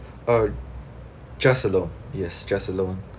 uh just alone yes just alone